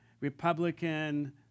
Republican